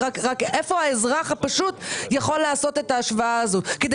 איפה האזרח הפשוט יכול לעשות את ההשוואה הזאת כדי